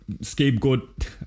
scapegoat